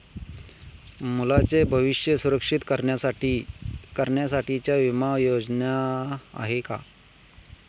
मुलांचे भविष्य सुरक्षित करण्यासाठीच्या विमा योजना आहेत का?